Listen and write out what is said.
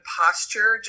posture